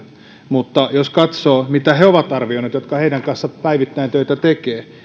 mutta jos katsoo mitä ovat arvioineet he jotka heidän kanssaan päivittäin töitä tekevät